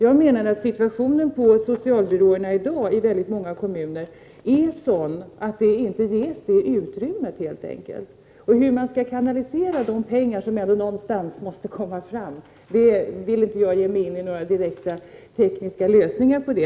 Jag menar att situationen på socialbyråerna i dag i väldigt många kommuner är sådan att det utrymmet helt enkelt inte ges. Hur man skall kanalisera de pengar som måste tas fram, vill jag inte ge mig in på några förslag till direkta tekniska lösningar av.